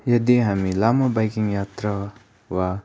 यदि हामी लामो बाइकिङ यात्रा वा